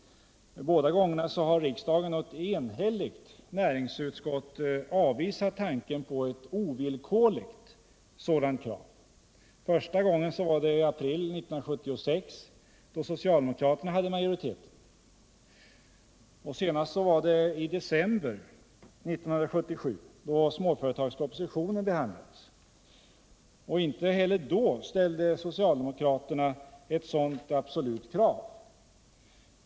Båda gångerna har kammaren och ett enhälligt näringsutskott avvisat tanken på ett ovillkorligt sådant krav. Första gången var i april 1976, då socialdemokraterna hade majoriteten. Senast skedde det i december 1977, då småföretagspropositionen behandlades. Inte heller vid det tillfället ställde socialdemokraterna något sådant absolut krav.